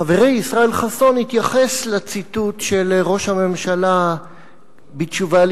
חברי ישראל חסון התייחס לציטוט של ראש הממשלה בתשובה על